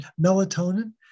melatonin